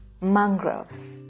mangroves